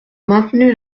maintenu